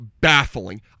baffling